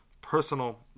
personal